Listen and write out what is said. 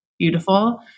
beautiful